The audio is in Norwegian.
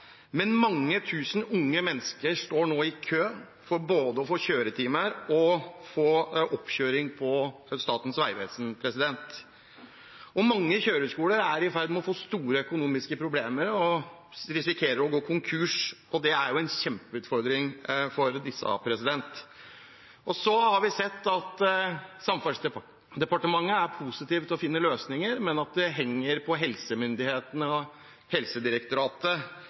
Men mange tusen unge mennesker står nå i kø både for å få kjøretimer og for å få oppkjøring hos Statens vegvesen. Mange kjøreskoler er i ferd med å få store økonomiske problemer og risikerer å gå konkurs. Det er en kjempeutfordring for dem. Så har vi sett at Samferdselsdepartementet er positive til å finne løsninger, men at det henger på helsemyndighetene og Helsedirektoratet